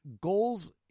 goals